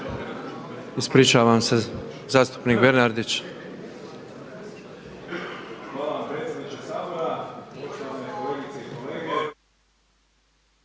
ispričavam se zastupnik Maro